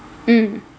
mm